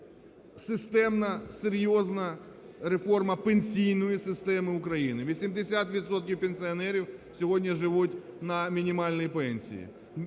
системна, серйозна реформа пенсійної системи України. 80 відсотків пенсіонерів сьогодні живуть на мінімальній пенсії.